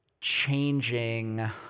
changing